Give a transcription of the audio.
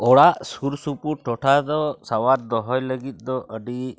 ᱚᱲᱟᱜ ᱥᱩᱨᱥᱩᱯᱩᱨ ᱴᱚᱴᱷᱟ ᱫᱚ ᱥᱟᱣᱟᱨ ᱫᱚᱦᱚᱭ ᱞᱟᱹᱜᱤᱫ ᱫᱚ ᱟᱹᱰᱤ